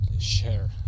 share